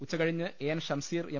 ഉച്ചകഴിഞ്ഞ് A N Shamseer M